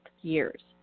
years